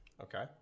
Okay